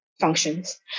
functions